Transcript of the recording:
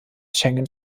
schengen